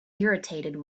irritated